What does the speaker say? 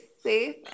safe